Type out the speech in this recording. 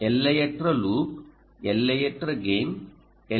எல்லையற்ற லூப் எல்லையற்ற gain L